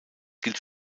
gilt